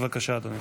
בבקשה, אדוני.